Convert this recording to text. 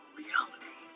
reality